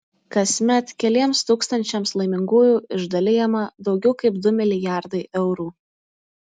kasmet keliems tūkstančiams laimingųjų išdalijama daugiau kaip du milijardai eurų